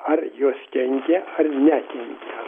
ar jos kenkia ar nekenkia ar